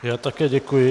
Já také děkuji.